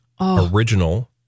original